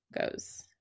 goes